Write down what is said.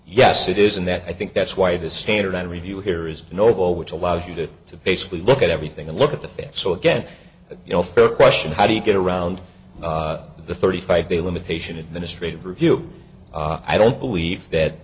yes it is and that i think that's why the standard of review here is knowable which allows you to to basically look at everything and look at the facts so again you know fair question how do you get around the thirty five day limitation administrative review i don't believe that